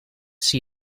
zie